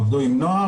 עבדו עם נוער,